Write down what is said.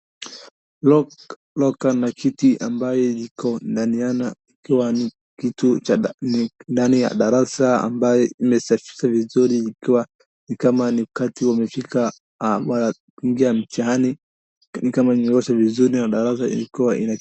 Loka na kiti ambayo iko ndani ya darasa ambayo imesafishwa vizuri ikiwa na nikama ni wakati umefika wa kuingia mtihani.